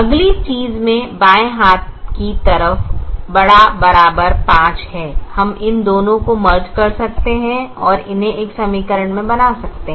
अगली चीज मे बाएं हाथ की तरफ ≥ 5 है हम इन दोनों को मर्ज कर सकते हैं और उन्हें एक समीकरण में बना सकते हैं